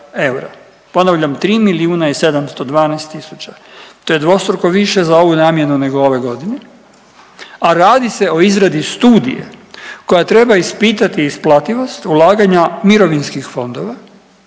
Ponavljam 3 milijuna i 712 tisuća. To je dvostruko više za ovu namjenu nego ove godine, a radi se o izradi studije koja treba ispitati isplativost ulaganja mirovinskih fondova